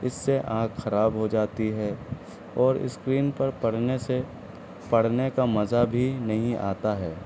اس سے آنکھ خراب ہو جاتی ہے اور اسکرین پر پڑھنے سے پڑھنے کا مزہ بھی نہیں آتا ہے